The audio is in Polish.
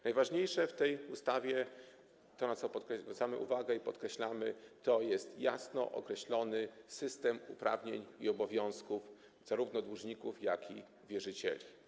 Najważniejsze w tej ustawie - to, na co zwracamy uwagę i co podkreślamy - to jasno określony system uprawnień i obowiązków zarówno dłużników, jak i wierzycieli.